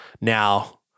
now